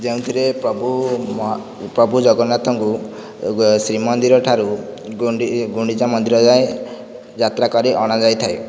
ଯେଉଁଥିରେ ପ୍ରଭୁ ପ୍ରଭୁ ଜଗନ୍ନାଥଙ୍କୁ ଶ୍ରୀମନ୍ଦିରଠାରୁ ଗୁଣ୍ଡିଚା ମନ୍ଦିର ଯାଏଁ ଯାତ୍ରା କରି ଅଣାଯାଇଥାଏ